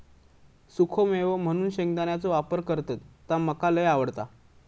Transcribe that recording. सुखो मेवो म्हणून शेंगदाण्याचो वापर करतत ता मका लय आवडता